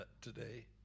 today